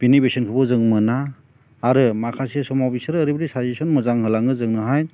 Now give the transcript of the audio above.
बिनि बेसेनखौ जों मोना आरो माखासे समाव बिसोर ओरैबादि साजेसन मोजां होलाङो जोंनोहाय